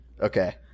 okay